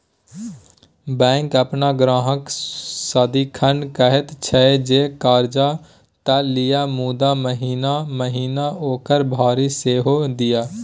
bank अपन ग्राहककेँ सदिखन कहैत छै जे कर्जा त लिअ मुदा महिना महिना ओकरा भरि सेहो दिअ